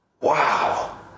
Wow